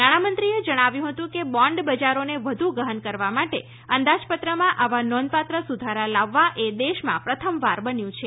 નાણામંત્રીએ જણાવ્યું હતું કે બોન્ડ બજારોને વધુ ગહન કરવા માટે અંદાજપત્રમાં આવા નોંધપાત્ર સુધારા લાવવા એ દેશમાં પ્રથમવાર બન્યું છે